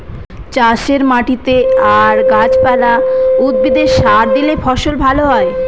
চাষের মাটিতে আর গাছ পালা, উদ্ভিদে সার দিলে ফসল ভালো হয়